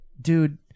dude